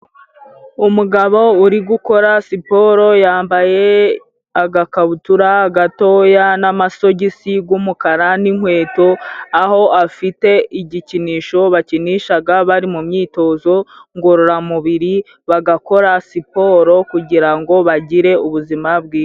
Umugabo uri gukora siporo, yambaye agakabutura gatoya n'amasogisi g'umukara, n'inkweto. Aho afite igikinisho bakinishaga, bari mu myitozo ngororamubiri, bagakora siporo kugirango bagire ubuzima bwiza.